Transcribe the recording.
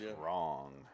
wrong